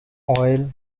oil